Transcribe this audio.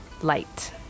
Light